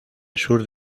sur